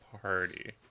party